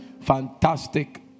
fantastic